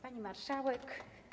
Pani Marszałek!